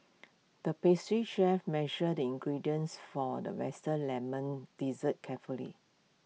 the pastry chef measured the ingredients for all the western Lemon Dessert carefully